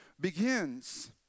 begins